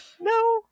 no